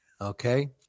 okay